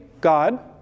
God